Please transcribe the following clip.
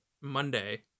monday